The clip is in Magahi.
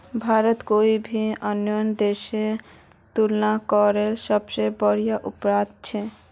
भारत कोई भी अन्य देशेर तुलनात केलार सबसे बोड़ो उत्पादक छे